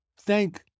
thank